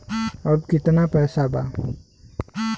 अब कितना पैसा बा?